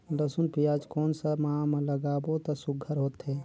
लसुन पियाज कोन सा माह म लागाबो त सुघ्घर होथे?